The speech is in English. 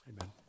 Amen